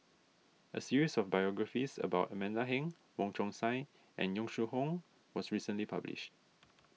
a series of biographies about Amanda Heng Wong Chong Sai and Yong Shu Hoong was recently published